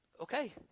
okay